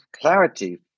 clarity